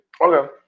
Okay